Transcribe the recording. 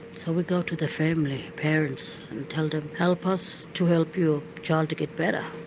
so we go to the family, parents and tell them help us to help your child to get better.